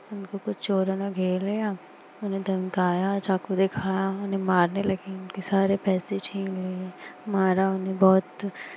उनको कुछ चोरों ने घेर लिया उन्हें धमकाया चाकू दिखाया उन्हें मारने लगे उनके सारे पैसे छीन लिए मारा उन्हें बहुत